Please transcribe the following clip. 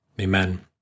Amen